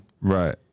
Right